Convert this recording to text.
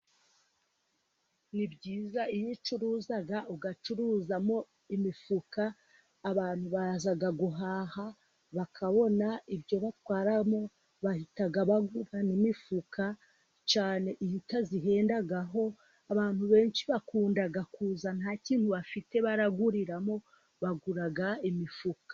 Ni byiza iyo ucuruza, ugacuruzamo imifuka. Abantu baza guhaha, bakabona ibyo batwaramo, bahita bagura n'imifuka. cyane iyo utayihendaho. Abantu benshi, bakunda kuza nta kintu bafite baguriramo, bagura imifuka.